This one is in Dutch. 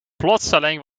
plotseling